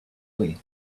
way